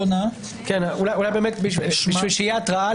אולי באמת בשביל שתהיה התראה,